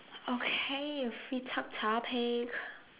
okay a feet up topic